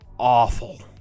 Awful